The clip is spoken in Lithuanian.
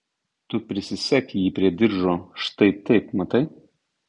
tu prisisek jį prie diržo štai taip matai